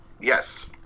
Yes